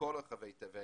ומכל רחבי תבל,